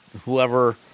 whoever